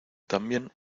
también